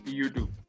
YouTube